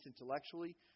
intellectually